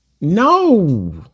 No